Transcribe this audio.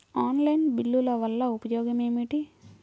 Online బిల్లుల వల్ల ఉపయోగమేమిటీ?